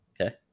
Okay